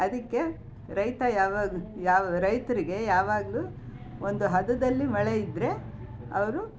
ಅದಕ್ಕೆ ರೈತ ಯಾವಾಗೂ ಯಾವ ರೈತರಿಗೆ ಯಾವಾಗಲೂ ಒಂದು ಹದದಲ್ಲಿ ಮಳೆ ಇದ್ದರೆ ಅವರು